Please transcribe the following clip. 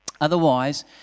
Otherwise